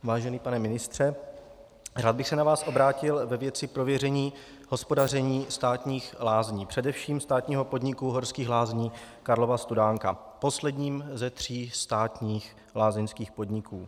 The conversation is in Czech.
Vážený pane ministře, rád bych se na vás obrátil ve věci prověření hospodaření státních lázní, především státního podniku Horských lázní Karlova Studánka, posledního ze tří státních lázeňských podniků.